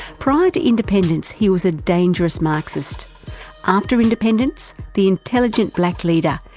prior to independence he was a dangerous marxist after independence the intelligent black leader,